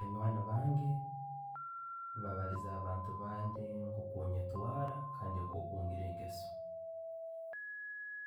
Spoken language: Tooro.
Banywani bange babaliiza habantu bandi nkokunyetwaara kandi nkoku ngiira engeso.